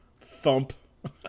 Thump